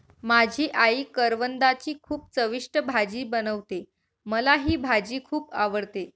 माझी आई करवंदाची खूप चविष्ट भाजी बनवते, मला ही भाजी खुप आवडते